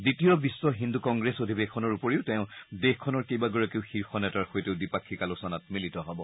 দ্বিতীয় বিখ্ব হিন্দু কংগ্ৰেছ অধিৱেশনৰ ওপৰি তেওঁ দেশখনৰ কেইবাগৰাকীও শীৰ্ষ নেতাৰ সৈতেও দ্বিপাক্ষিক আলোচনাত মিলিত হব